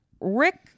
Rick